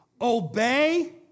obey